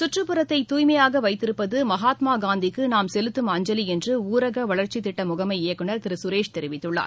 சுற்றப்புறத்தை தூய்மையாகவைத்திருப்பதுமகாத்மாகாந்திக்குநாம் செலுத்தம் அஞ்சலிஎன்றுஊரகவளர்ச்சிதிட்டமுகமை இயக்குநர் திருசுரேஷ் தெரிவித்துள்ளார்